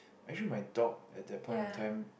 actually my dog at that point in time